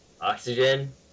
Oxygen